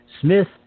Smith